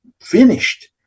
finished